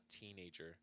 teenager